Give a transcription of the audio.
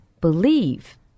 believe